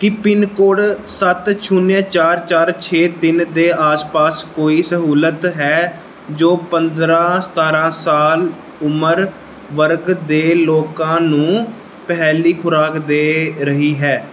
ਕੀ pin code ਸੱਤ ਛੁਨਿਆ ਚਾਰ ਚਾਰ ਛੇ ਤਿੰਨ ਦੇ ਆਸ ਪਾਸ ਕੋਈ ਸਹੂਲਤ ਹੈ ਜੋ ਪੰਦਰਾਂ ਸਤਾਰਾਂ ਸਾਲ ਉਮਰ ਵਰਗ ਦੇ ਲੋਕਾਂ ਨੂੰ ਪਹਿਲੀ ਖੁਰਾਕ ਦੇ ਰਹੀ ਹੈ